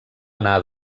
anar